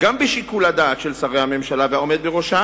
גם בשיקול הדעת של שרי הממשלה והעומד בראשה